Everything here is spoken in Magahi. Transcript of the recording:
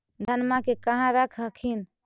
धनमा के कहा रख हखिन?